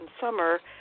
summer